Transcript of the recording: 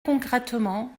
concrètement